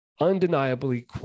undeniably